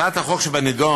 הצעת החוק שבנדון